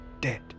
dead